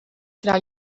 tra